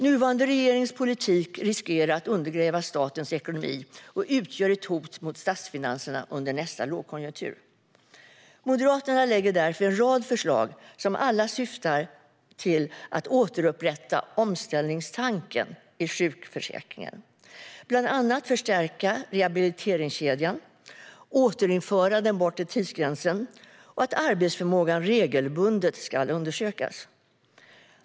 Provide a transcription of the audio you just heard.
Nuvarande regerings politik riskerar att undergräva statens ekonomi och utgör ett hot mot statsfinanserna under nästa lågkonjunktur. Moderaterna lägger därför fram en rad förslag som alla har syftet att återupprätta omställningstanken i sjukförsäkringen. Vi vill bland annat förstärka rehabiliteringskedjan och återinföra den bortre tidsgränsen, och vi vill att arbetsförmågan ska undersökas regelbundet.